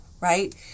right